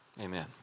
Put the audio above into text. Amen